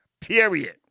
period